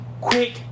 Quick